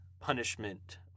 punishment